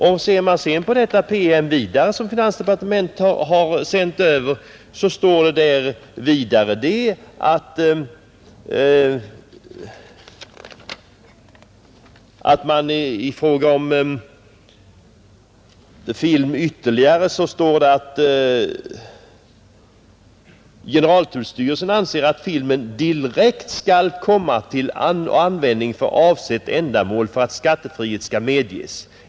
I denna PM som finansdepartementet har sänt över står vidare att generaltullstyrelsen anser att filmen direkt skall komma till användning för avsett ändamål för att skattefrihet skall medges.